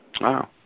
Wow